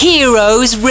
Heroes